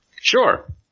Sure